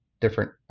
different